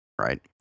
right